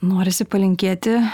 norisi palinkėti